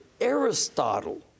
Aristotle